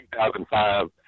2005